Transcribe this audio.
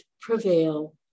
prevail